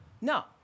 No